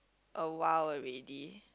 awhile already